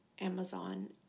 Amazon